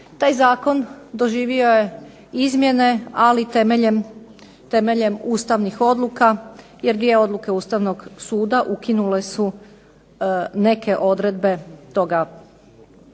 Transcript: Taj zakon doživio je izmjene, ali temeljem ustavnih odluka. Jer dvije odluke Ustavnog suda ukinule su neke odredbe toga